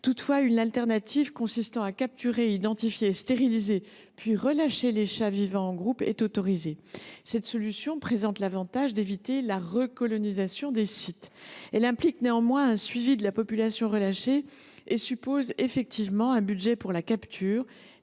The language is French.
Toutefois, il est également autorisé de capturer, d’identifier, de stériliser, puis de relâcher les chats vivant en groupe. Cette solution présente l’avantage d’éviter la recolonisation des sites. Elle implique néanmoins un suivi de la population relâchée et suppose effectivement un budget pour la capture,